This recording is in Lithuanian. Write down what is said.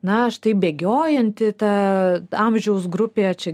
na štai bėgiojanti ta amžiaus grupė čia